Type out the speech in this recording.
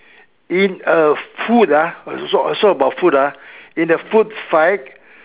in a food ah also about ah in a food fight